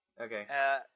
Okay